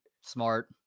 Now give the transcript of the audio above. Smart